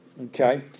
Okay